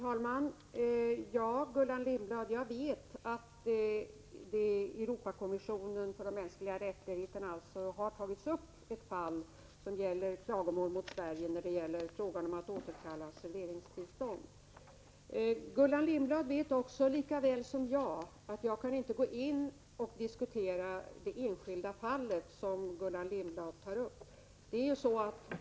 Herr talman! Ja, jag vet att det i Europakommissionen för de mänskliga rättigheterna har tagits upp ett fall som gäller klagomål mot Sverige i fråga om återkallelse av serveringstillstånd. Gullan Lindblad vet också lika väl som jag att jag inte kan gå in och diskutera det enskilda fall som Gullan Lindblad tar upp.